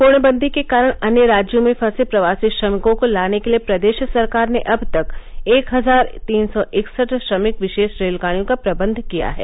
पूर्णबन्दी के कारण अन्य राज्यों में फंसे प्रवासी श्रमिकों को लाने के लिए प्रदेश सरकार ने अब तक एक हजार तीन सौ इकसठ श्रमिक विरोष रेलगाडियों का प्रबन्ध किया है